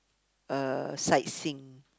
uh sightseeing